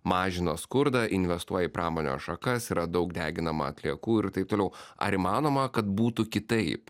mažina skurdą investuoja į pramonės šakas yra daug deginama atliekų ir taip toliau ar įmanoma kad būtų kitaip